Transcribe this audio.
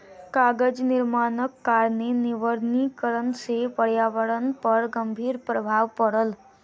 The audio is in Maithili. कागज निर्माणक कारणेँ निर्वनीकरण से पर्यावरण पर गंभीर प्रभाव पड़ल